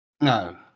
No